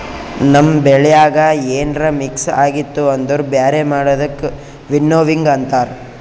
ನಮ್ ಬೆಳ್ಯಾಗ ಏನ್ರ ಮಿಕ್ಸ್ ಆಗಿತ್ತು ಅಂದುರ್ ಬ್ಯಾರೆ ಮಾಡದಕ್ ವಿನ್ನೋವಿಂಗ್ ಅಂತಾರ್